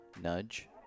nudge